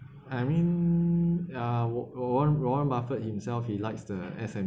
I mean uh war~ warren warren buffet himself he likes the S_N